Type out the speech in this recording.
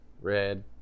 red